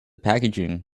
packaging